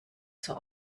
zur